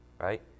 Right